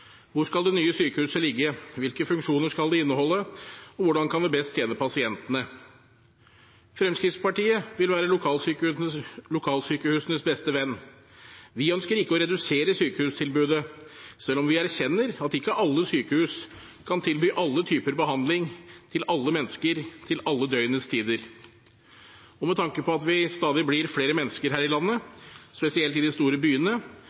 Hvor skal det nye sykehuset ligge, hvilke funksjoner skal det inneholde, og hvordan kan det best tjene pasientene? Fremskrittspartiet vil være lokalsykehusenes beste venn. Vi ønsker ikke å redusere sykehustilbudet, selv om vi erkjenner at ikke alle sykehus kan tilby alle typer behandling, til alle mennesker, til alle døgnets tider. Og med tanke på at vi blir stadig flere mennesker her i landet, spesielt i de store byene,